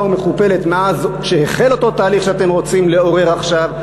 ומכופלת מאז החל אותו תהליך שאתם רוצים לעורר עכשיו,